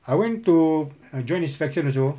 I went to uh joint inspection also